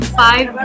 five